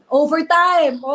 overtime